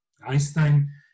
Einstein